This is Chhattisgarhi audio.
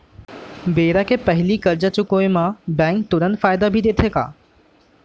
बेरा के पहिली करजा चुकोय म बैंक तुरंत फायदा भी देथे का?